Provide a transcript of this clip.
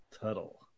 Tuttle